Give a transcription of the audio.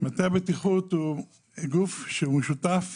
מטה הבטיחות הוא גוף משותף